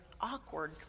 awkward